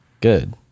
Good